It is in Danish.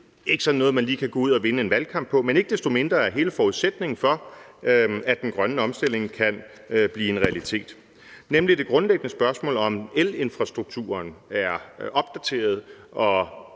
ikke sådan noget, man lige kan gå ud og vinde en valgkamp på – og det er, at hele forudsætningen for, at den grønne omstilling kan blive en realitet, er det grundlæggende spørgsmål om, om hele elinfrastrukturen er opdateret, og